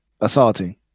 assaulting